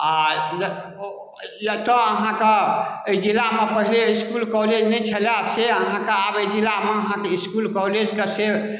आ एतऽ अहाँके एहि जिलामे पहिले इसकुल कॉलेज नहि छलाह से अहाँके आब एहि जिलामे इसकुल कॉलेजके से